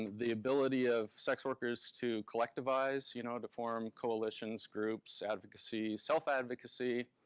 the ability of sex workers to collectivize, you know to form coalitions, groups, advocacy, self-advocacy.